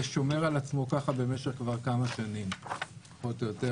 היחס שומר על עצמו כבר כמה שנים פחות או יותר.